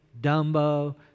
Dumbo